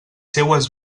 seues